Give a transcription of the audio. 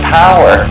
power